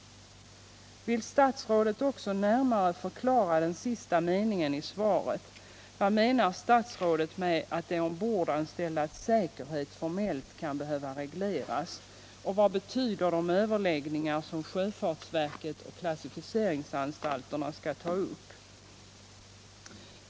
Vill statsrådet också närmare förklara de sista meningarna i svaret, dvs. vad statsrådet avser med att de ombordanställdas säkerhet formellt kan behöva regleras och vad som kommer att behandlas vid de överläggningar som sjöfartsverket och klassificeringsanstalterna skall ta upp?